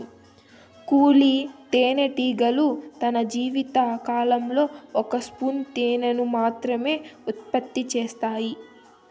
కూలీ తేనెటీగలు తన జీవిత కాలంలో ఒక స్పూను తేనెను మాత్రమె ఉత్పత్తి చేత్తాయి